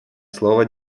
слово